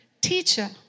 Teacher